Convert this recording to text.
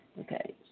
Okay